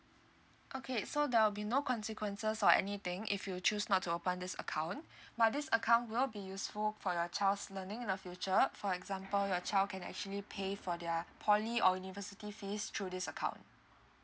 okay so there'll be no consequences or anything if you choose not to open this account but this account will be useful for your child's learning in the future for example your child can actually pay for their poly or university fee through this account